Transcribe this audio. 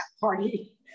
party